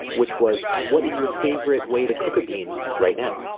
which was what is your favorite way to cook a bean right now?